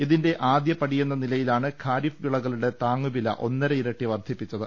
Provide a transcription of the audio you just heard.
ഇതിന്റെ ആദ്യപടിയെന്ന നിലയിലാണ് ഖാരിഫ് വിളകളുടെ താങ്ങുവില ഒന്നരയിരട്ടി വർധിപ്പിച്ചത്